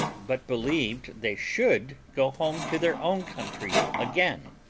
but believed they should go home to their own country again.